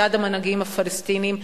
מצד המנהיגים הפלסטינים,